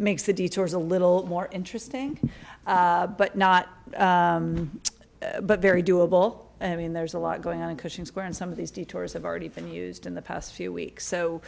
makes the detours a little more interesting but not but very doable i mean there's a lot going on in cushing square and some of these detours have already been used in the past few weeks so